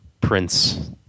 Prince